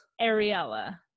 Ariella